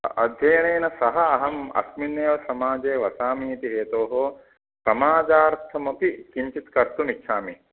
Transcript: अ अध्ययनेन सह अहम् अस्मिन्नेव समाजे वसामि इति हेतोः समाजार्थमपि किञ्चित् कर्तुम् इच्छामि